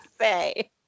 say